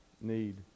need